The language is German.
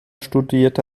studierte